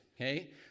okay